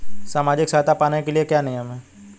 सामाजिक सहायता पाने के लिए क्या नियम हैं?